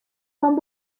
fan